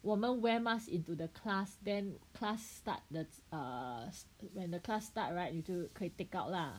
我们 wear mask into the class then class start 的 err when the class start right 你就可以 take out lah